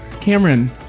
Cameron